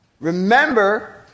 Remember